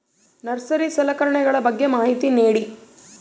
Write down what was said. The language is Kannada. ನರ್ಸರಿ ಸಲಕರಣೆಗಳ ಬಗ್ಗೆ ಮಾಹಿತಿ ನೇಡಿ?